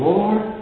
Lord